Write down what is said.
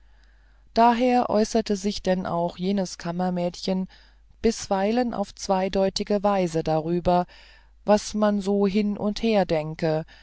daher äußerte sich denn auch jenes kammermädchen bisweilen auf zweideutige weise darüber was man so hin und her denke